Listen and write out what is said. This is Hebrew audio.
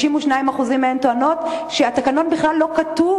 62% מהן טוענות שהתקנון בכלל לא כתוב